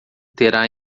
terá